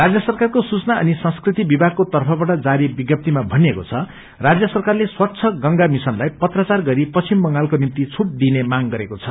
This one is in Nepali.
राज्य सरकारको सूचना अनि संस्कृति विभागको तर्फबाट जारी विज्ञप्तीमा भनिएको छ राज्य सरकारले स्वच्छ गंगा मिशनलाई पत्राचार गरी पश्चिम बंगालको निम्ति छूट दिइने मांग गरेको छ